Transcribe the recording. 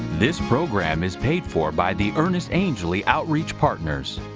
this program is paid for by the ernest angley outreach partners.